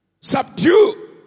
Subdue